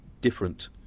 different